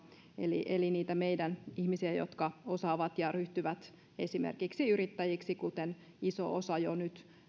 eli eli niitä meidän ihmisiä jotka osaavat ja ryhtyvät esimerkiksi yrittäjiksi kuten iso osa